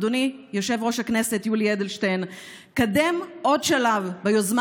אדוני יושב-ראש הכנסת יולי אדלשטיין: קדם עוד שלב ביוזמה